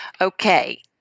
Okay